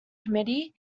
committee